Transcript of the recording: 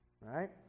right